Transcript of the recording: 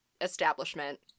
establishment